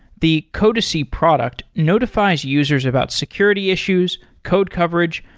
the codacy product notifies users about security issues, code coverage,